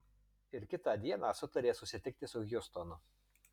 ir kitą dieną sutarė susitikti su hjustonu